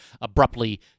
abruptly